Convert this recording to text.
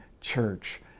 church